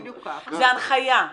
זאת הנחיה,